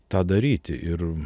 tą daryti ir